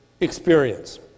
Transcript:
experience